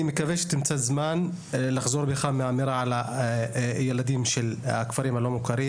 אני מקווה שתמצא זמן לחזור בך מהאמירה על הילדים של הכפרים הלא מוכרים,